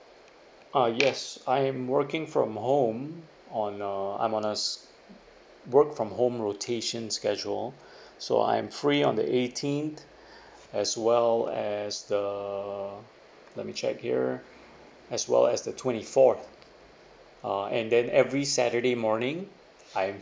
ah yes I'm working from home on uh I'm on uh s~ work from home rotation schedule so I'm free on the eighteenth as well as the let me check here as well as the twenty fourth uh and then every saturday morning I'm